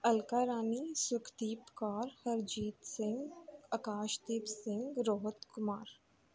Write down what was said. Alka Rani Sukhdeep Kaur Harjeet Singh Akashdeep Singh Rohit Kumar